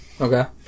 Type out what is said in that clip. Okay